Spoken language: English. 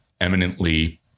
eminently